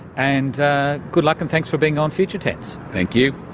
and good luck and thanks for being on future tense. thank you.